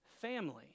family